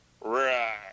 Right